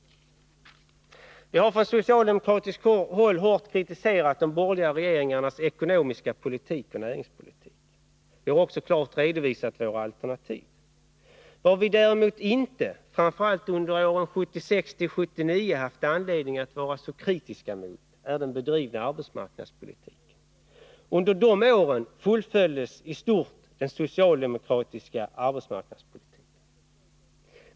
Vi har från socialdemokratiskt håll hårt kritiserat de borgerliga regeringarnas ekonomiska politik och näringspolitik. Vi har också klart redovisat våra alternativ. Vad vi däremot inte, framför allt under åren 1976-1979, haft anledning att vara så kritiska mot är den bedrivna arbetsmarknadspolitiken. Under de åren fullföljdes i stort den socialdemokratiska arbetsmarknadspolitiken.